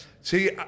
See